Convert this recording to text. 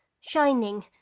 shining